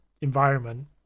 environment